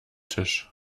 tisch